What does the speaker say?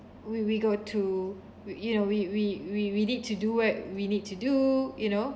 we we got to we you know we we we we need to do what we need to do you know